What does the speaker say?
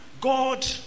God